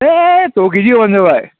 ए द केजि होबानो जाबाय